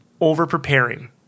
over-preparing